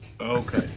Okay